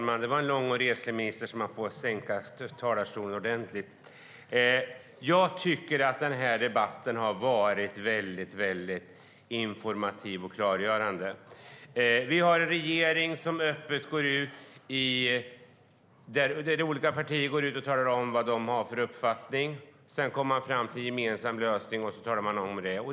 Fru talman! Den här debatten har varit väldigt informativ och klargörande. Vi har en regering där olika partier öppet går ut och talar om vad de har för uppfattning. Sedan kommer de fram till en gemensam lösning, och därefter talar de om det.